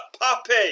puppy